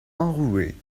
enrouée